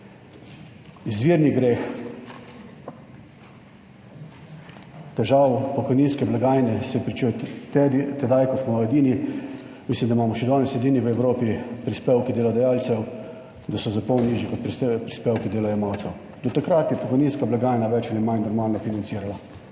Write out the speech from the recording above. Izvirni greh, težav pokojninske blagajne se je pričel tedaj, ko smo edini, mislim da imamo še danes edini v Evropi prispevke delodajalcev, da so za pol nižji kot prispevki delojemalcev. Do takrat je pokojninska blagajna več ali manj normalno funkcionirala.